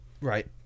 Right